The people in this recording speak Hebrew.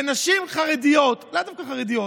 שנשים חרדיות, לאו דווקא חרדיות,